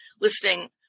listing